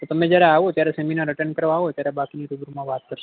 તો તમે જ્યારે આવો જ્યારે સેમિનાર એટેન્ડ કરવા આવો ત્યારે બાકીની વિગતમાં વાત કરીશું